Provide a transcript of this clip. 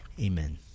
Amen